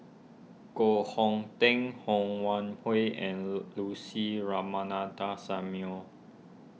Koh Hong Teng Ho Wan Hui and Lucy Samuel